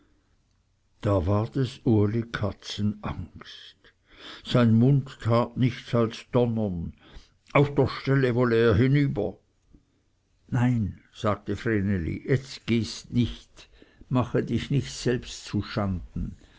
da ward es uli katzangst sein mund tat nichts als donnern auf der stelle wollte er hinüber nein sagte vreneli jetzt gehst nicht mache dich nicht selbst zuschanden